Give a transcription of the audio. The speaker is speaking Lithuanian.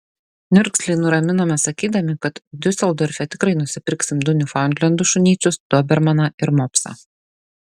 niurgzlį nuraminome sakydami kad diuseldorfe tikrai nusipirksim du niufaundlendų šunyčius dobermaną ir mopsą